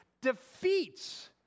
defeats